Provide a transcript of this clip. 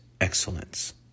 excellence